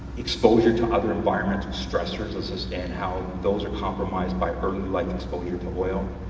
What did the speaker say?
exposure to other environmental stressors and how those are compromised by early life exposure to oil,